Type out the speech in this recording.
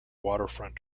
waterfront